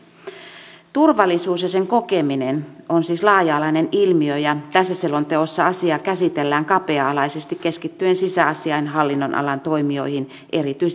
turvallisuus ja sen kokeminen on siis laaja alainen ilmiö ja tässä selonteossa asiaa käsitellään kapea alaisesti keskittyen sisäasiain hallinnonalan toimijoihin erityisesti poliisiin